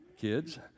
kids